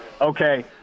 okay